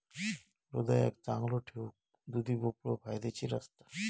हृदयाक चांगलो ठेऊक दुधी भोपळो फायदेशीर असता